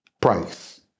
price